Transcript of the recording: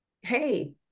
hey